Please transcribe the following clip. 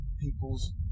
people's